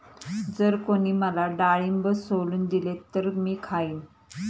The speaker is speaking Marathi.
जर कोणी मला डाळिंब सोलून दिले तर मी खाईन